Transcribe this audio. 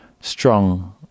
strong